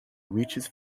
reaches